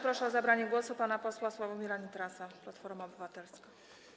Proszę o zabranie głosu pana posła Sławomira Nitrasa, Platforma Obywatelska.